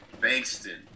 Bangston